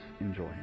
enjoy